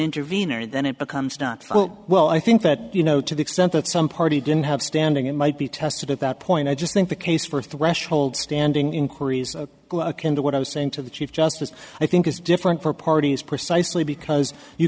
intervenor then it becomes not oh well i think that you know to the extent that some party didn't have standing it might be tested at that point i just think the case for threshold standing inquiries into what i was saying to the chief justice i think is different for parties precisely because you